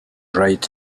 right